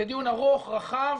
זה דיון ארוך ורחב,